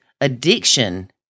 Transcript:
addiction